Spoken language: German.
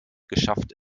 geschafft